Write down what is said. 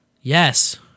Yes